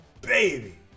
baby